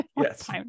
Yes